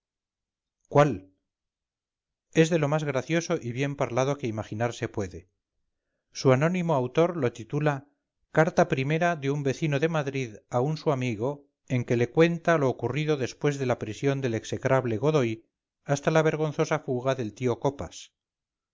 cuál es de lo más gracioso y bien parlado que imaginarse puede su anónimo autor lo titula carta primera de un vecino de madrid a un su amigo en que le cuenta lo ocurrido después de la prisión del execrable godoy hasta la vergonzosa fuga del tío copas